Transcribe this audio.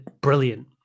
brilliant